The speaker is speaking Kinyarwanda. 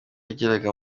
yageraga